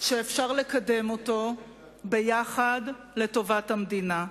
שאפשר לקדם אותו ביחד לטובת המדינה.